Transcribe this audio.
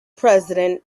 president